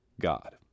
God